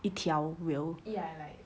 一条 wheel